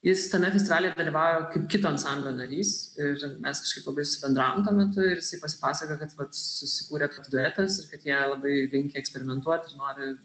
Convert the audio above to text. jis tame festivalyje dalyvavauja kaip kito ansamblio narys ir mes kažkaip labai susibendravom tuo metu ir pasipasakojo kad vat susikūrė duetas kad jie labai linkę eksperimentuot ir nori